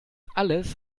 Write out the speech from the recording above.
alles